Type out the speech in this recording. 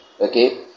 Okay